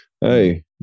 Hey